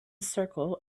circle